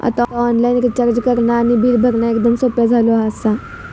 आता online recharge करणा आणि बिल भरणा एकदम सोप्या झाला आसा